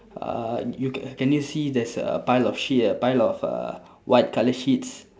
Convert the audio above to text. uh you can can you see there's a pile of sheet a pile of uh white colour sheets